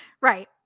Right